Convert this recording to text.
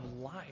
life